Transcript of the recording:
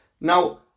Now